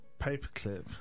paperclip